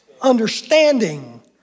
understanding